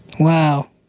Wow